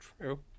true